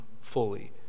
fully